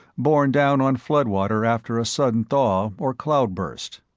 borne down on floodwater after a sudden thaw or cloud-burst.